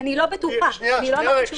אני לא בטוחה, לא אמרתי שהוא שגוי.